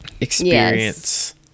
experience